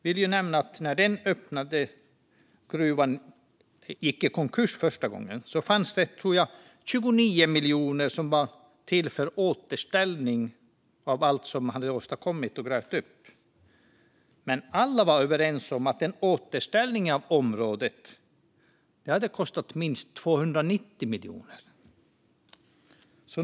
Jag vill nämna att det när den som öppnade gruvan gick i konkurs första gången fanns 29 miljoner, tror jag att det var, som var till för återställning av allt som man hade åstadkommit och grävt upp. Men alla var överens om att en återställning av området skulle ha kostat minst 290 miljoner.